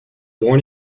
born